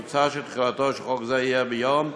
מוצע שתחילתו של חוק זה תהיה ביום ג'